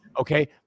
Okay